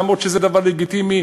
אף שזה דבר לגיטימי,